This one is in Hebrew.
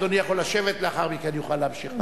אדוני יכול לשבת, ולאחר מכן יוכל להמשיך.